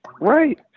Right